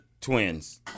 twins